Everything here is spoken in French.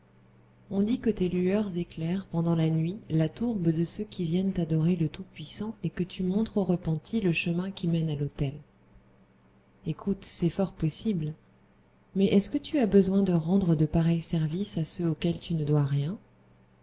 on dit que tes lueurs éclairent pendant la nuit la tourbe de ceux qui viennent adorer le tout-puissant et que tu montres aux repentis le chemin qui mène à l'autel ecoute c'est fort possible mais est-ce que tu as besoin de rendre de pareils services à ceux auxquels tu ne dois rien